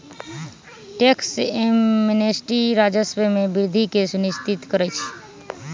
tax amnesty राजस्व में वृद्धि के सुनिश्चित करइ छै